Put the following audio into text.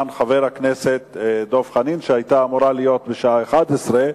לחבר הכנסת דב חנין על שאילתא שהיתה אמורה להיות בשעה 11:00,